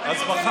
הממשלה.